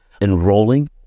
enrolling